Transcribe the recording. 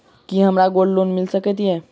की हमरा gold loan मिल सकैत ये?